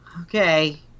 okay